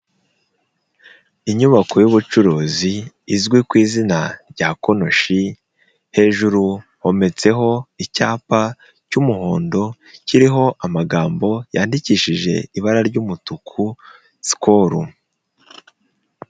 Inyubako ybucuruzi izwi ku izina rya konoshi, hejuru hometseho icyapa cy'umuhondo kiriho amagambo yandikishije ibara ry'umutuku, sikolu.